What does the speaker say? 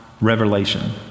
revelation